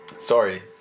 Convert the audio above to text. Sorry